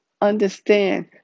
understand